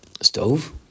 stove